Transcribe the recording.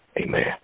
Amen